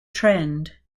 trend